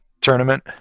tournament